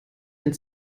den